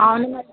అవును మేడం